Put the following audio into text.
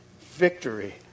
victory